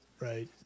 right